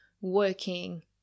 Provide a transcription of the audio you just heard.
working